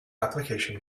application